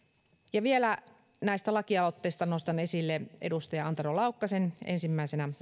ja vielä näistä lakialoitteista nostan esille edustaja antero laukkasen ensimmäisenä